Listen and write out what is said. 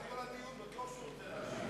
עם כל הדיון, בטח הוא ירצה להשיב.